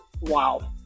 wow